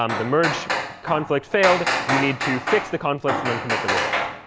um the merge conflict failed. you need to fix the conflicts and then commit the result.